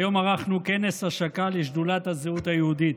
היום ערכנו כנס השקה לשדולת הזהות היהודית.